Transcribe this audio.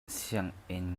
sianginn